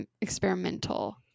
experimental